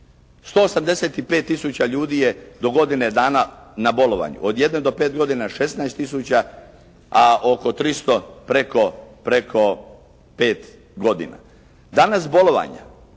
185 tisuća ljudi je do godine dana na bolovanju. Od 1 do 5 godina 16 tisuća, a oko 300 preko 5 godina. Danas bolovanja,